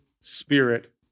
Spirit